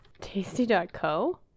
Tasty.co